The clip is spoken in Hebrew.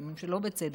לפעמים שלא בצדק,